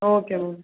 okay ma'am